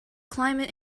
climate